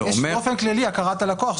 יש באופן כלל הכרת הלקוח,